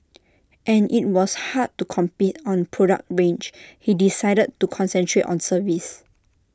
and IT was hard to compete on product range he decided to concentrate on service